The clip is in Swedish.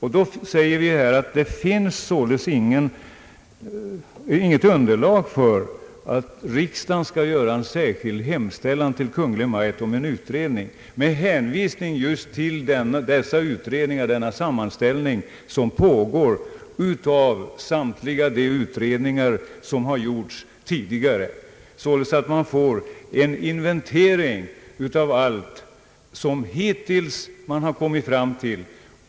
Vi påpekar alltså — med hänvisning just till den pågående sammanställningen av samtliga de utredningar som gjorts tidigare — att det inte finns något underlag för att riksdagen skulle göra en särskild hemställan till Kungl. Maj:t om en utredning. Sammanställningen gör att vi får en inventering av allt som man kommit fram till.